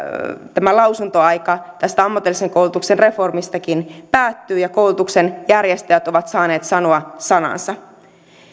tämä lausuntoaika tästä ammatillisen koulutuksen reformistakin päättyy ja koulutuksen järjestäjät ovat saaneet sanoa sanansa